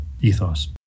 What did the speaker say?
ethos